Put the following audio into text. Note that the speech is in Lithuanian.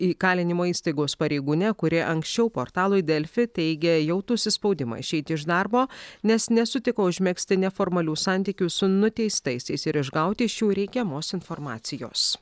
įkalinimo įstaigos pareigūne kuri anksčiau portalui delfi teigė jautusi spaudimą išeiti iš darbo nes nesutiko užmegzti neformalių santykių su nuteistaisiais ir išgauti iš jų reikiamos informacijos